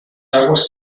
aguas